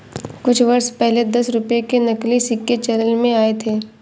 कुछ वर्ष पहले दस रुपये के नकली सिक्के चलन में आये थे